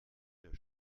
der